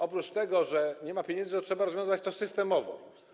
Oprócz tego, że nie ma pieniędzy, trzeba też rozwiązać to systemowo.